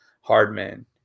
Hardman